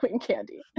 candy